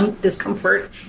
discomfort